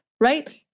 right